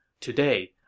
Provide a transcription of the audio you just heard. Today